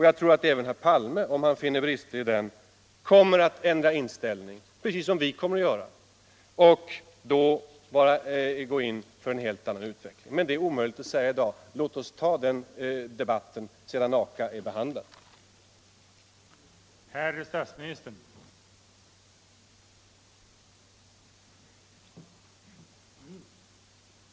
Jag tror att även herr Palme, om han finner att utredningen påvisar brister, kommer att ändra inställning — precis som vi kommer att göra — och gå in för en helt annan utveckling. Det är omöjligt att säga i dag. Låt oss ta den debatten när vi hunnit ta ställning till Akautredningen.